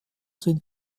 sind